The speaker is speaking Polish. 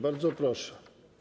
Bardzo proszę.